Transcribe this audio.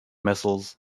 missiles